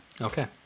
Okay